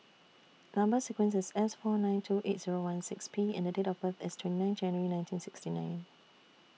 Number sequence IS S four nine two eight Zero one six P and Date of birth IS twenty nine January nineteen sixty nine